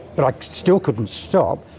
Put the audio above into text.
but i still couldn't stop.